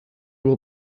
will